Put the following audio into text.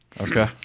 Okay